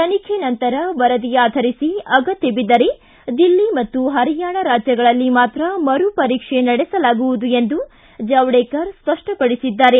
ತನಿಖೆ ನಂತರ ವರದಿ ಆಧರಿಸಿ ಅಗತ್ತ ಬಿದ್ದರೆ ದಿಲ್ಲಿ ಮತ್ತು ಹರಿಯಾಣ ರಾಜ್ಯಗಳಲ್ಲಿ ಮಾತ್ರ ಮರು ಪರೀಕ್ಷೆ ನಡೆಸಲಾಗುವುದು ಎಂದು ಜಾವಡೇಕರ್ ಸ್ಪಷ್ಟಪಡಿಸಿದ್ದಾರೆ